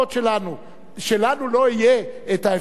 לנו לא תהיה האפשרות לעלות עליו?